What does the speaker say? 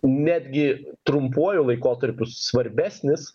netgi trumpuoju laikotarpiu svarbesnis